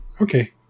Okay